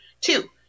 Two